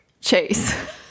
Chase